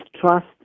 trust